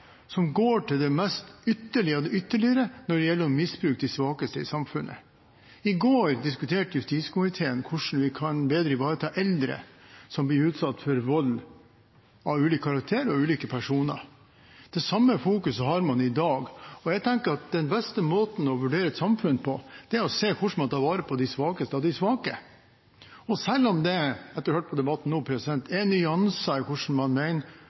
som går til det mest ytterlige av det ytterlige når det gjelder å misbruke de svakeste i samfunnet. I går diskuterte justiskomiteen hvordan vi bedre kan ivareta eldre som blir utsatt for vold av ulik karakter og av ulike personer. Det samme fokuset har man i dag. Jeg tenker at den beste måten å vurdere et samfunn på er å se på hvordan man tar vare på de svakeste av de svake. Selv om det er nyanser – etter å ha hørt på debatten nå – i hvordan man